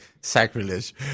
sacrilege